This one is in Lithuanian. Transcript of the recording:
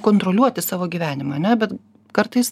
kontroliuoti savo gyvenimą ane bet kartais